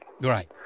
Right